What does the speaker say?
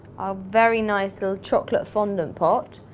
our very nice little chocolate fondant pot.